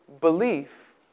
belief